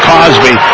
Cosby